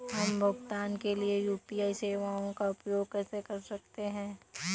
हम भुगतान के लिए यू.पी.आई सेवाओं का उपयोग कैसे कर सकते हैं?